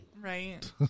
right